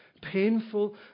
Painful